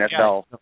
NFL